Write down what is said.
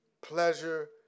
pleasure